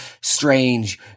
strange